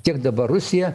tiek dabar rusija